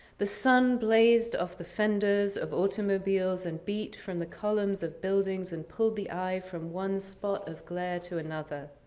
the sun blazed off the fenders of automobiles and beat from the columns of buildings and pulled the eye from one spot of glare to another.